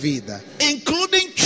including